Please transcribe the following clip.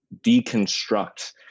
deconstruct